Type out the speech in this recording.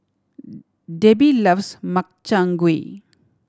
Debby loves Makchang Gui